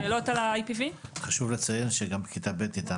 חשוב לציין שגם בכיתה ב' ניתן